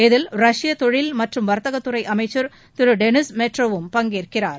இதில் ரஷ்ய தொழில் மற்றும் வர்த்தகத்துறை அமைச்சர் திரு டெனிஸ் மேட்ரோவும் பங்கேற்கிறார்